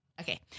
okay